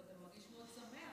אבל אתה מרגיש מאוד שמח,